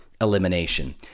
elimination